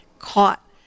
caught